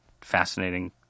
fascinating